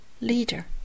leader